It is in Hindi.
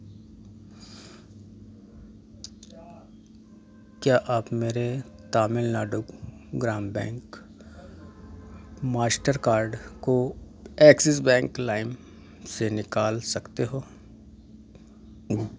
क्या आप मेरे तमिलनाडु ग्राम बैंक माश्टर कार्ड को एक्सिस बैंक लाइम से निकाल सकते हो